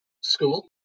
school